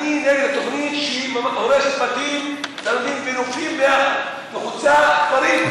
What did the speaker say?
אני נגד תוכנית שהיא הורסת בתים ונופים ביחד וחוצה כפרים.